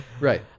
right